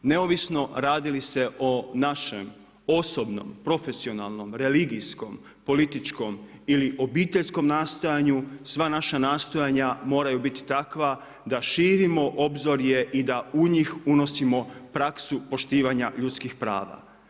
Neovisno radi li se o našem osobno, profesionalnom, religijskom, političkom ili obiteljskom nastojanju, sva naša nastojanja moraju biti takva da širimo obzorje i da u njih unosimo praksu poštivanja ljudskih prava.